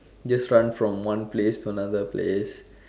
just run from one place to another place